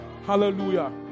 Hallelujah